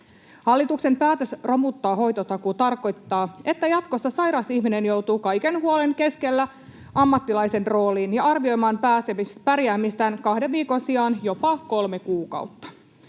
Hallituksen päätös romuttaa hoitotakuu tarkoittaa, että jatkossa sairas ihminen joutuu kaiken huolen keskellä ammattilaisen rooliin ja arvioimaan pärjäämistään kahden viikon sijaan jopa kolme kuukautta.